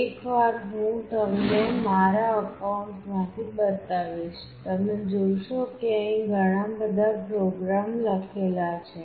એકવાર હું તમને મારા એકાઉન્ટ માંથી બતાવીશ તમે જોશો કે અહીં ઘણા બધા પ્રોગ્રામ લખેલા છે